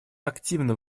активно